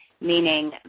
meaning